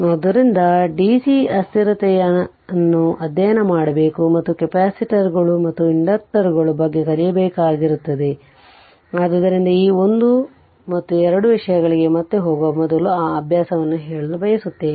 ಆದ್ದರಿಂದ DC ಅಸ್ಥಿರತೆಯನ್ನು ಅಧ್ಯಯನ ಮಾಡಬೇಕು ಮತ್ತು ಕೆಪಾಸಿಟರ್ಗಳು ಮತ್ತು ಇಂಡಕ್ಟರುಗಳ ಬಗ್ಗೆ ಕಲಿಯಬೇಕಾಗಿರುತ್ತದೆ ಆದ್ದರಿಂದ ಈ ಒಂದು ಮತ್ತು ಎರಡು ವಿಷಯಗಳಿಗೆ ಮತ್ತೆ ಹೋಗುವ ಮೊದಲು ಆ ಅಭ್ಯಾಸವನ್ನು ಹೇಳಲು ಬಯಸುತ್ತೇನೆ